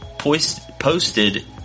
Posted